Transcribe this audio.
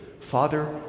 father